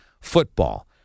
football